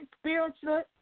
spiritual